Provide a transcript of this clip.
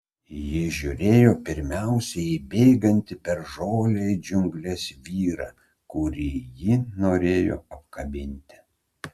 ji žiūrėjo pirmiausia į bėgantį per žolę į džiungles vyrą kurį ji norėjo apkabinti